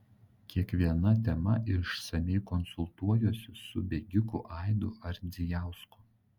kiekviena tema išsamiai konsultuojuosi su bėgiku aidu ardzijausku